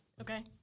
Okay